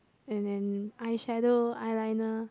and then eyeshadow eyeliner